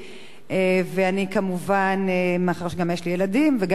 ואני כמובן, מאחר שגם יש לי ילדים וגם רגישות,